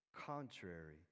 contrary